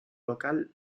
local